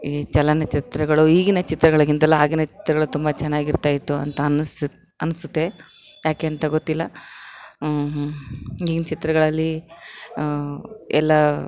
ಈ ಚಲನಚಿತ್ರಗಳು ಈಗಿನ ಚಿತ್ರಗಳಿಗಿಂತಲ್ಲ ಹಾಗೇ ಚಿತ್ರಗಳು ತುಂಬ ಚೆನ್ನಾಗಿರ್ತಾಯಿತ್ತು ಅಂತ ಅನ್ನಿಸ್ತು ಅನಿಸುತ್ತೆ ಯಾಕೆ ಅಂತ ಗೊತ್ತಿಲ್ಲ ಈಗಿನ ಚಿತ್ರಗಳಲ್ಲಿ ಎಲ್ಲ